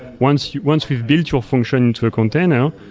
once once we've build your function to a container,